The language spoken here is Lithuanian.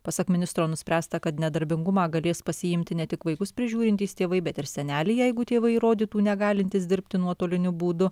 pasak ministro nuspręsta kad nedarbingumą galės pasiimti ne tik vaikus prižiūrintys tėvai bet ir seneliai jeigu tėvai įrodytų negalintys dirbti nuotoliniu būdu